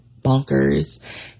bonkers